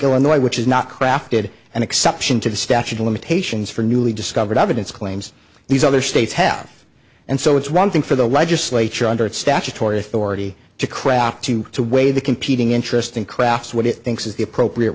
illinois which is not crafted an exception to the statute of limitations for newly discovered evidence claims these other states have and so it's one thing for the legislature under its statutory authority to craft two to waive the competing interest in crafts what it thinks is the appropriate